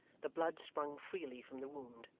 the blood sprung freely from the wound,